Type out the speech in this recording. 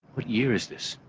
what year is this?